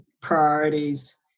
priorities